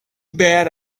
bad